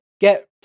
get